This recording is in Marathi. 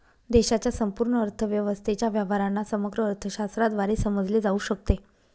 देशाच्या संपूर्ण अर्थव्यवस्थेच्या व्यवहारांना समग्र अर्थशास्त्राद्वारे समजले जाऊ शकते